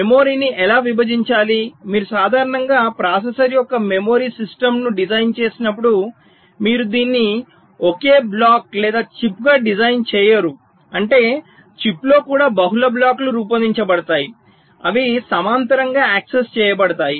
మెమరీని ఎలా విభజించాలి మీరు సాధారణంగా ప్రాసెసర్ కోసం మెమరీ సిస్టమ్ను డిజైన్ చేసినప్పుడు మీరు దీన్ని ఒకే బ్లాక్ లేదా చిప్గా డిజైన్ చేయరు అంటే చిప్లో కూడా బహుళ బ్లాక్లు రూపొందించబడతాయి అవి సమాంతరంగా యాక్సెస్ చేయబడతాయి